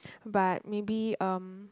but maybe um